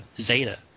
Zeta